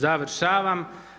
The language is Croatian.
Završavam.